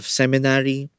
seminary